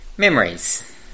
Memories